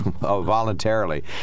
voluntarily